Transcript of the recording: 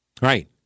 Right